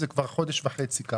זה כבר חודש וחצי ככה.